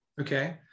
Okay